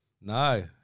No